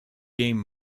game